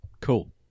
Cool